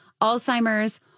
Alzheimer's